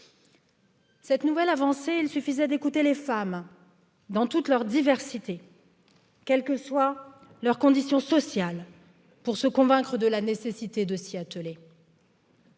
cette nouvelle avancée, il suffisait d'écouter les femmes dans toute leur diversité Quelles que soient leurs conditions sociales, pour se convaincre de la nécessité de s'y atteler